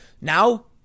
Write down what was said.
Now